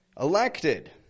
elected